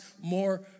more